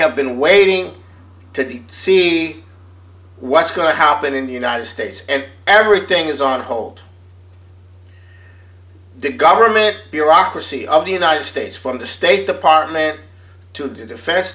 have been waiting to see what's going to happen in the united states and everything is on hold the government bureaucracy of the united states from the state department to defense